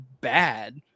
bad